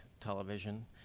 television